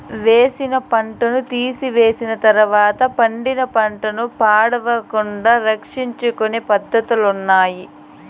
వేసిన పంటను తీసివేసిన తర్వాత పండిన పంట పాడవకుండా సంరక్షించుకొనే పద్ధతులున్నాయి